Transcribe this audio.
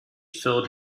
filled